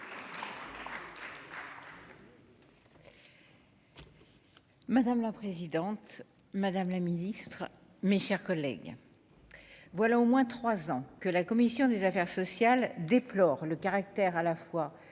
Madame la présidente, madame la Ministre, mes chers collègues, voilà au moins 3 ans que la commission des affaires sociales, déplore le caractère à la fois